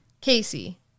Casey